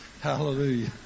Hallelujah